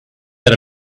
that